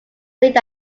that